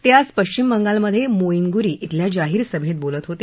ते आज पश्चिम बंगालमध्ये मोईनगुरी इथल्या जाहीर सभेत बोलत होते